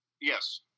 Yes